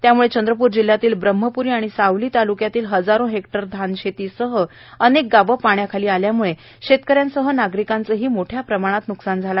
त्याम्ळे चंद्रपूर जिल्ह्यातील ब्रह्मप्री आणि सावली ताल्क्यातील हजारो हेक्टर धान शेतीसह अनेक गावे पाण्याखाली आल्याने शेतकऱ्यांसह नागरिकांचे मोठ्या प्रमाणात न्कसान झाले